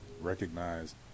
recognize